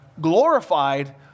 glorified